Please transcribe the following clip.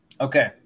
Okay